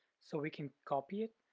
so we can copy it,